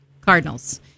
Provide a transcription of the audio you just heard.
Cardinals